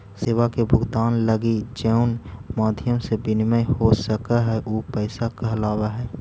सेवा के भुगतान लगी जउन माध्यम से विनिमय हो सकऽ हई उ पैसा कहलावऽ हई